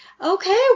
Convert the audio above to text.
Okay